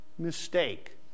Mistake